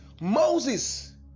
Moses